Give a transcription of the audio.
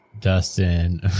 Dustin